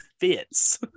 fits